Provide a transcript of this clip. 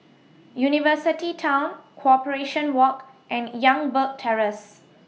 University Town Corporation Walk and Youngberg Terrace